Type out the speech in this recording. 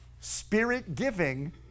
spirit-giving